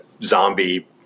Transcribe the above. zombie